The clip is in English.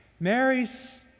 Mary's